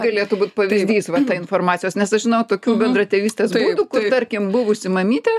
galėtų būt pavyzdys va ta informacijos nes aš žinau tokių bendratėvystės būdų tarkim buvusi mamytė